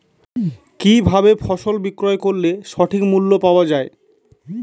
কি ভাবে ফসল বিক্রয় করলে সঠিক মূল্য পাওয়া য়ায়?